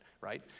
right